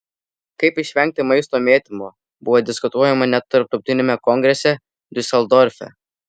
kaip išvengti maisto mėtymo buvo diskutuojama net tarptautiniame kongrese diuseldorfe